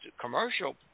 commercial